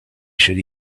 should